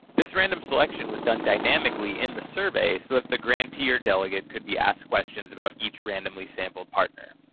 this random selection was done dynamically in the survey so if the grantee or delegate could be asked questions about each randomly sampled partner.